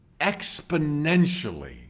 Exponentially